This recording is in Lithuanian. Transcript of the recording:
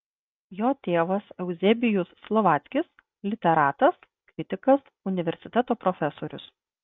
jo tėvas euzebijus slovackis literatas kritikas universiteto profesorius